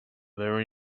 very